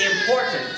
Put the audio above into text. important